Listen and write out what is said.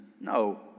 No